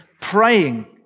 praying